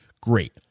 great